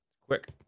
quick